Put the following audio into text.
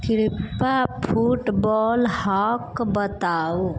कृपया फुटबौल हाँक बताउ